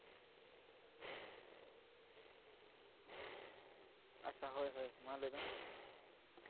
ᱟᱪᱪᱷᱟ ᱦᱳᱭ ᱦᱳᱭ ᱢᱟ ᱞᱟᱹᱭᱵᱮᱱ